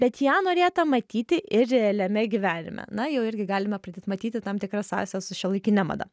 bet ją norėta matyti ir realiame gyvenime na jau irgi galime pradėt matyti tam tikras sąsajas su šiuolaikine mada